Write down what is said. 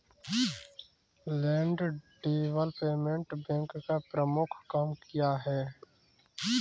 Land development bank का प्रमुख काम क्या है?